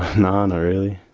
not really.